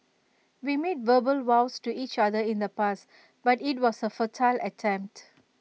we made verbal vows to each other in the past but IT was A futile attempt